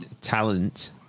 talent